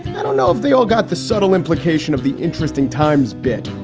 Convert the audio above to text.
i don't know if they all got the subtle implication of the interesting times bit.